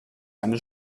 eine